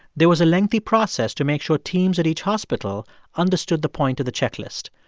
there was a lengthy process to make sure teams at each hospital understood the point of the checklist.